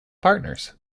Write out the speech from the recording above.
partners